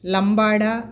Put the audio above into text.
Lambada